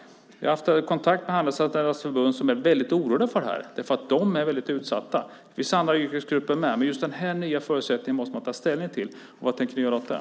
Jag har haft kontakt med Handelsanställdas förbund där man är orolig för detta. De är väldigt utsatta. Det gäller även andra yrkesgrupper, men just de här ändrade förutsättningarna måste man ta ställning till. Vad tänker ni göra åt det?